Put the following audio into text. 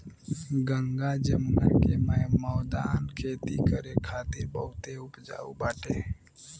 गंगा जमुना के मौदान खेती करे खातिर बहुते उपजाऊ बाटे